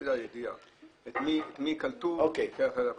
רק לצורך הידיעה את מי קלטו כאחראי על הפקחים.